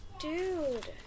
dude